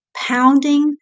pounding